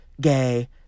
gay